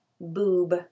boob